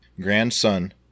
Grandson